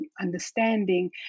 understanding